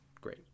great